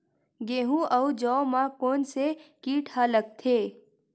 गेहूं अउ जौ मा कोन से कीट हा लगथे?